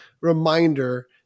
reminder